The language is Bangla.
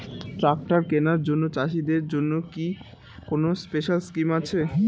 ট্রাক্টর কেনার জন্য চাষিদের জন্য কি কোনো স্পেশাল স্কিম আছে?